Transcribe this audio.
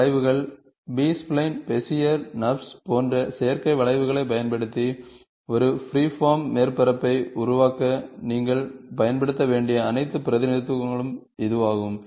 இந்த வளைவுகள் B spline Bezier NURBS போன்ற செயற்கை வளைவுகளைப் பயன்படுத்தி ஒரு ஃப்ரீஃபார்ம் மேற்பரப்பை உருவாக்க நீங்கள் பயன்படுத்த வேண்டிய அனைத்து பிரதிநிதித்துவங்களும் இதுவாகும்